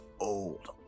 old